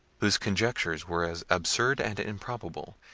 whose conjectures were as absurd and improbable,